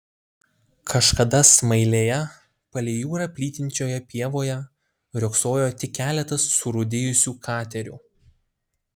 kažkada smailėje palei jūrą plytinčioje pievoje riogsojo tik keletas surūdijusių katerių